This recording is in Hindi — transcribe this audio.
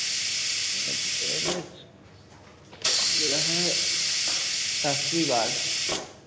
ऐड एड्रैस मेरा है शास्त्री बाट